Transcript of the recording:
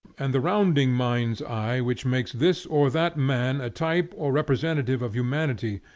and the rounding mind's eye which makes this or that man a type or representative of humanity,